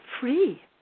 free